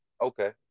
Okay